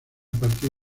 partir